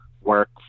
work